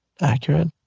accurate